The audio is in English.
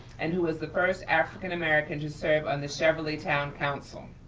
and who was the first african american to serve on the cheverly town council.